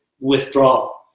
withdrawal